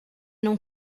não